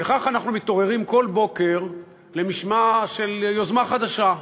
וכך אנחנו מתעוררים כל בוקר למשמע של יוזמה חדשה,